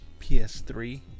PS3